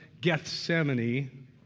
Gethsemane